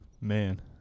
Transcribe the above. Man